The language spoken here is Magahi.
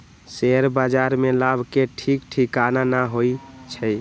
शेयर बाजार में लाभ के ठीक ठिकाना न होइ छइ